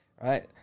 right